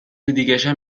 دیگشم